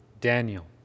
Daniel